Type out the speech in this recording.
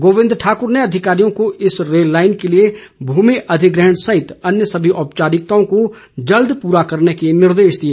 गोविंद ठाकुर ने अधिकारियों को इस रेल लाइन के लिए भूमि अधिग्रहण सहित अन्य सभी औपचारिकताओं को जल्द प्रा करने के निर्देश दिए